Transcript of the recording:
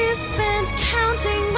spent counting